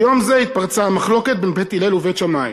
ביום זה, התפרצה המחלוקת בין בית הלל ובית שמאי.